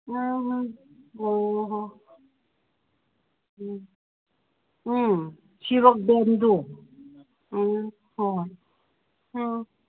ꯎꯝ ꯎꯝ ꯎꯝ ꯍꯣ ꯍꯣ ꯍꯣ ꯎꯝ ꯎꯝ ꯁꯤꯔꯣꯛ ꯕꯦꯟꯗꯣ ꯎꯝ ꯍꯣꯏ ꯎꯝ